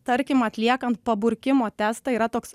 tarkim atliekant paburkimo testą yra toks